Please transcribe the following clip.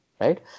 right